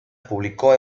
publicó